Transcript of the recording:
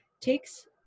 takes